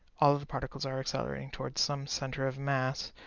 all the the particles are accelerating toward some center of mass.